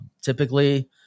typically